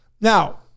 Now